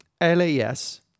LAS